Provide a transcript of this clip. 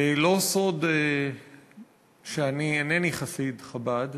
לא סוד שאני אינני חסיד חב"ד